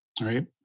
right